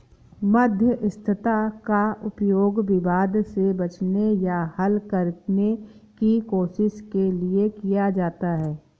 मध्यस्थता का उपयोग विवाद से बचने या हल करने की कोशिश के लिए किया जाता हैं